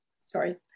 Sorry